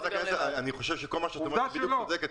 חברת הכנסת ברק, את צודקת.